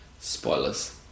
spoilers